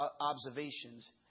observations